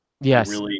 Yes